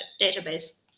database